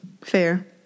Fair